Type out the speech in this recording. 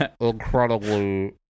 incredibly